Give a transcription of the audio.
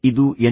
ಇದು ಎನ್